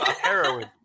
Heroin